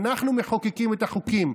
אנחנו מחוקקים את החוקים.